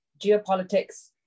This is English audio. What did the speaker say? geopolitics